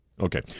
Okay